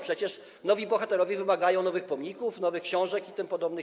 Przecież nowi bohaterowie wymagają nowych pomników, nowych książek itp.